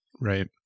right